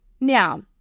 Now